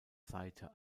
seite